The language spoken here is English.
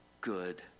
good